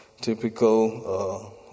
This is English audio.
typical